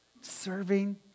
Serving